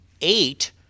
Eight